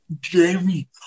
Jamie